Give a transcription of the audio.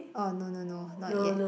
oh no no no not yet